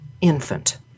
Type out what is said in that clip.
infant